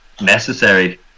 necessary